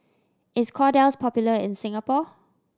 is Kordel's popular in Singapore